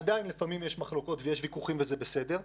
עדיין לפעמים יש ויכוחים ויש מחלוקות, זה בסדר,